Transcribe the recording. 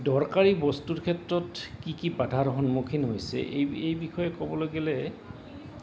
দৰকাৰী বস্তুৰ ক্ষেত্ৰত কি কি বাধাৰ সন্মুখীন হৈছে এই এই বিষয়ে ক'বলৈ গ'লে